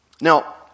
Now